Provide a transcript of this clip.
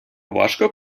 важко